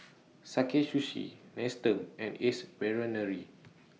Sakae Sushi Nestum and Ace Brainery